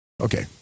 Okay